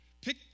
Pick